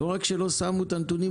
לא רק שלא שמו את הנתונים,